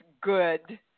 good